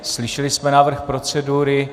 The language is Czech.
Slyšeli jsme návrh procedury.